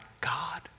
God